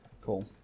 Cool